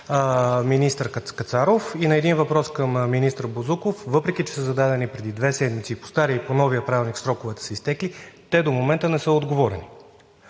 министър Кацаров и на един въпрос към министър Бозуков, въпреки че са зададени преди две седмици – и по стария, и по новия Правилник сроковете са изтекли, те до момента не са отговорили.